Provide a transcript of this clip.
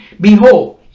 Behold